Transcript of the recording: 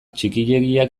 txikiegiak